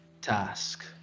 task